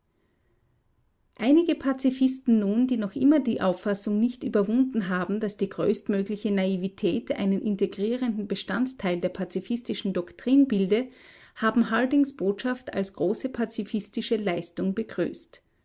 einige pazifisten nun die noch immer die auffassung nicht überwunden haben daß die größtmögliche naivität einen integrierenden bestandteil der pazifistischen doktrin bilde haben hardings botschaft als große pazifistische leistung begrüßt